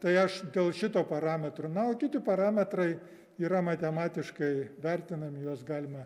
tai aš dėl šito parametro na o kiti parametrai yra matematiškai vertinami juos galima